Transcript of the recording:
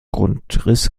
grundriss